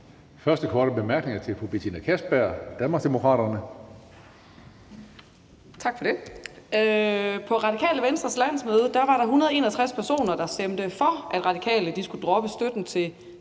Første korte bemærkning er til fru Betina Kastbjerg, Danmarksdemokraterne.